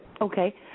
Okay